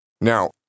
Now